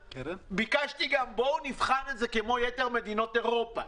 ביקשתי שנבחן את זה כמו יתר מדינות אירופה.